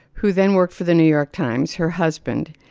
who then worked for the new york times, her husband,